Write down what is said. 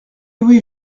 oui